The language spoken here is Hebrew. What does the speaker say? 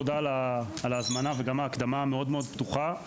תודה על ההזמנה וגם על ההקדמה המאוד-מאוד פתוחה.